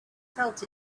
felt